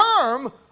term